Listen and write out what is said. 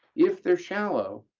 if they're shallow,